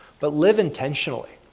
but live intentionally.